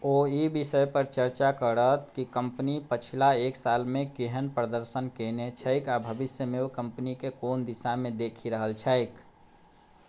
ओ ई विषयपर चर्चा करत कि कंपनी पछिला एक सालमे केहन प्रदर्शन केने छैक आओर भविष्यमे ओ कंपनीके कोन दिशामे देखि रहल छैक